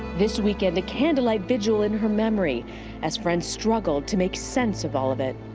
this weekend, a candlelight vigil in her memory as friends struggle to make sense of all of it.